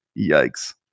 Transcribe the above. yikes